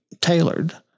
tailored